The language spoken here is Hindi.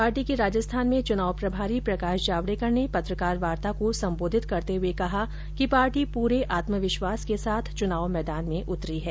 पार्टी के राजस्थान में चुनाव प्रभारी प्रकाश जावडेकर ने पत्रकार वार्ता को सम्बोधित करते हुए कहा कि पार्टी प्रे आत्मविश्वास के साथ चुनाव मैदान में उतरी है